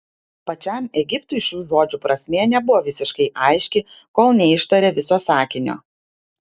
pačiam egiptui šių žodžių prasmė nebuvo visiškai aiški kol neištarė viso sakinio